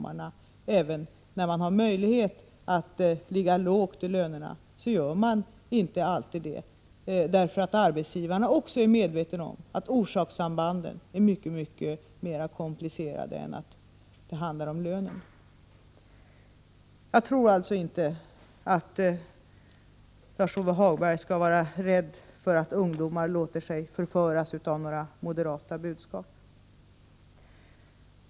Även om man har möjlighet att ligga lågt i lönehänseende, gör man inte alltid det. Även arbetsgivarna är ju medvetna om att orsakssambanden är väldigt mycket mera komplicerade än så — det handlar inte bara om lönen. Jag tror alltså inte att Lars-Ove Hagberg skall behöva vara rädd för att ungdomar låter sig förföras av några moderata budskap.